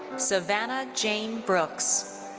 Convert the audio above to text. savannah jayne brooks.